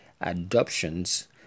adoptions